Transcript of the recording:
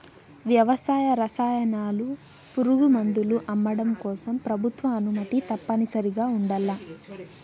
వ్యవసాయ రసాయనాలు, పురుగుమందులు అమ్మడం కోసం ప్రభుత్వ అనుమతి తప్పనిసరిగా ఉండల్ల